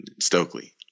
Stokely